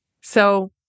So-